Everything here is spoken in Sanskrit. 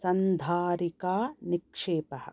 सन्धारिका निक्षेपः